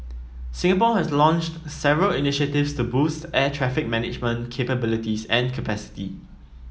Singapore has launched several initiatives to boost air traffic management capabilities and capacity